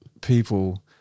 people